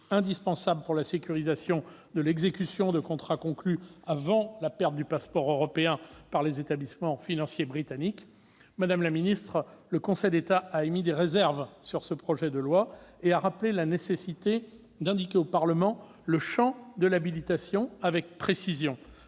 indispensables pour la sécurisation de l'exécution de contrats conclus avant la perte du passeport européen par les établissements financiers britanniques. Madame la ministre, le Conseil d'État a émis des réserves sur ce projet de loi et rappelé la nécessité d'indiquer au Parlement le champ de l'habilitation avec précision.